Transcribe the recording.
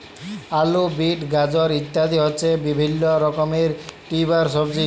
আলু, বিট, গাজর ইত্যাদি হচ্ছে বিভিল্য রকমের টিউবার সবজি